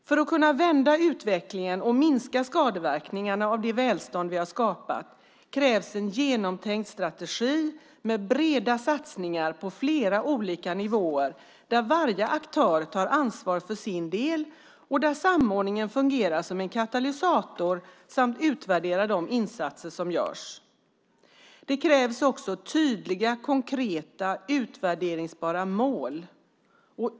För att kunna vända utvecklingen och minska skadeverkningarna av det välstånd vi har skapat krävs en genomtänkt strategi med breda satsningar på flera olika nivåer där varje aktör tar ansvar för sin del och där samordningen fungerar som en katalysator och utvärderar de insatser som görs. Det krävs också tydliga konkreta utvärderingsbara mål.